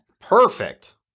Perfect